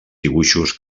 dibuixos